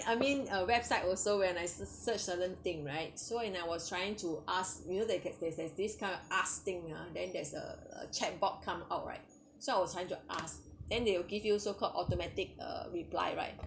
I mean a website also when I search certain thing right so and I was trying to ask you know that's that's that's this kind of asked thing ah then there's a chat box come out right so I was trying to ask and they will give you so called automatic uh reply right